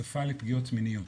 שפה לפגיעות מיניות,